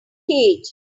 cage